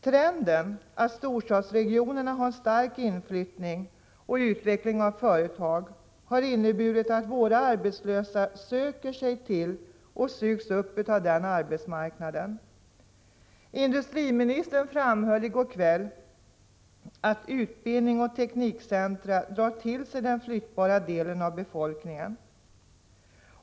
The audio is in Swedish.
Trenden att storstadsregionerna har en stark inflyttning och utveckling av företag har inneburit att våra arbetslösa söker sig till och sugs upp av den arbetsmarknaden. Industriministern framhöll i går kväll att utbildning och teknikcentra drar till sig den flyttbara delen av befolkningen.